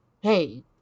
Hey